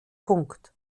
punkt